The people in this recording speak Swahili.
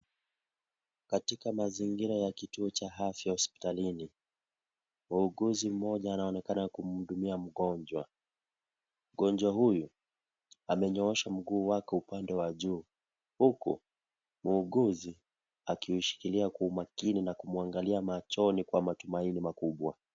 Katika mazingira ya kituo cha afya hospitalini. Muuguzi mmoja anonekana kumhudumia mgonjwa. Mgonjwa huyu amenyoosha mguu wake kwa upande wa juu, huku muuguzi akiushikilia kwa makini na kumwangalia macho kwa matumaini makubwa.